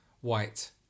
white